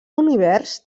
univers